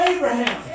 Abraham